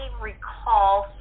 recall